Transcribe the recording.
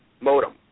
modem